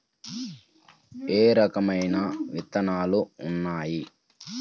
ఏ రకమైన విత్తనాలు ఉన్నాయి?